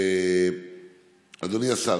אדוני השר,